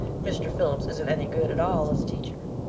mr. phillips isn't any good at all as a teacher.